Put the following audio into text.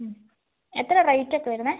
എത്രയാണ് റേറ്റൊക്കെ വരുന്നത്